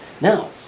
Now